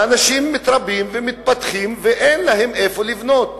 והאנשים מתרבים ומתפתחים ואין להם איפה לבנות.